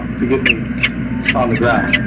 to get me on the ground.